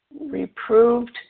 reproved